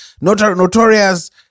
notorious